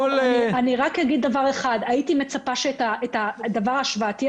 אני רק אגיד שהייתי מצפה שאת הנתון ההשוואתי